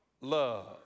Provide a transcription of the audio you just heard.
love